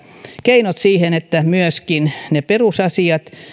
keinot siihen että myöskin ne perusasiat